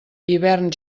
hivern